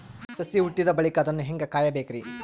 ಸಸಿ ಹುಟ್ಟಿದ ಬಳಿಕ ಅದನ್ನು ಹೇಂಗ ಕಾಯಬೇಕಿರಿ?